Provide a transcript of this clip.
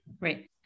right